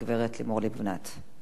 הגברת לימור לבנת.